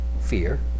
fear